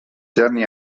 terni